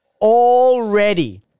already